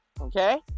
okay